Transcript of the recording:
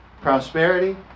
Prosperity